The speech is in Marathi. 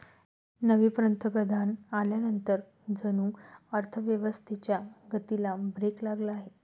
नवे पंतप्रधान आल्यानंतर जणू अर्थव्यवस्थेच्या गतीला ब्रेक लागला आहे